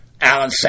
Alan